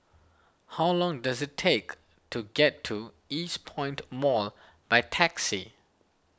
how long does it take to get to Eastpoint Mall by taxi